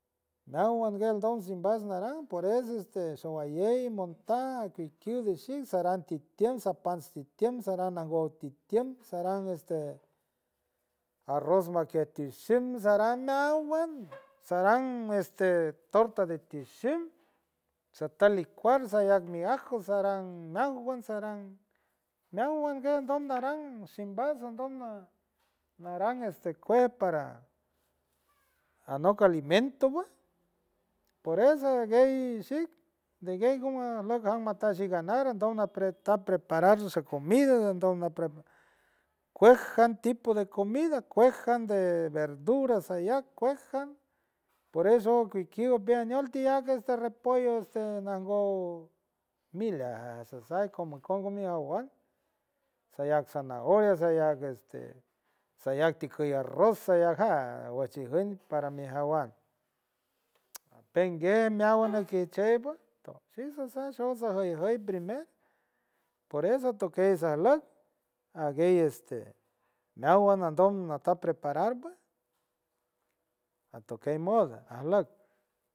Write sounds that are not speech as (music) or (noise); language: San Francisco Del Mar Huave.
Nahualt gue aldo shimbasnara por eso este showayey montaa kiquiu de shik saran titien, sapan sitien, saran nango titien, saran este arroz maquetishin sarn miavang (noise) saran este torta de ti shing satalicual saya mit ajo, saran nahuan, saran gue ndon naran shimbans sandon na naran este koot para (noise) anoc co alimento pue por eso guey shick de guey gumuasloc an matan shinganaron, do na pret preparar sha comida ando an preparar cuej tipo jan de comido, cue jan de verdura, sayaccuec jan por eso quiquiu ambeañayal este repollo, este nango milan ja sasa camaicong milahua saia zanahoria, saiag tiquiw arroz ja wachigun para mi javang (noise) shk apey ngien miava (noise) naquicheing pue to shisasa so juy juy primer por eso toquey saloc, aguey este miawalt nandon nata prepar pue, atokey modo asloc.